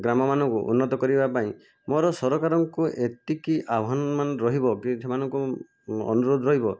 ଗ୍ରାମ ମାନଙ୍କୁ ଉନ୍ନତ କରିବା ପାଇଁ ମୋର ସରକାରଙ୍କୁ ଏତିକି ଆହ୍ୱାନମାନ ରହିବ କି ସେମାନଙ୍କୁ ଅନୁରୋଧ ରହିବ